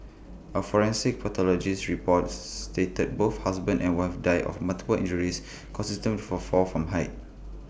A forensic pathologist's report stated both husband and wife died of multiple injuries consistent for A fall from height